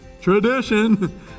Tradition